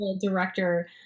director